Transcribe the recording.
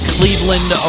Cleveland